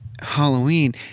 Halloween